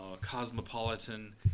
cosmopolitan